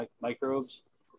microbes